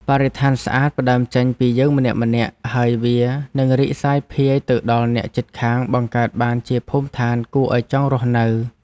បរិស្ថានស្អាតផ្តើមចេញពីយើងម្នាក់ៗ ហើយវានឹងរីកសាយភាយទៅដល់អ្នកជិតខាងបង្កើតបានជាភូមិឋានគួរឱ្យចង់រស់នៅ។